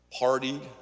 partied